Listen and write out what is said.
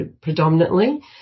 predominantly